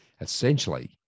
Essentially